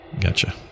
gotcha